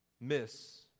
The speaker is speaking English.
miss